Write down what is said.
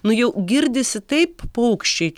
nu jau girdisi taip paukščiai